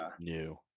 new